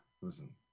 listen